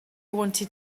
wanted